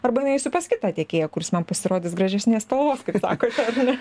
arba eisiu pas kitą tiekėją kuris man pasirodys gražesnės spalvos kaip sakote ar ne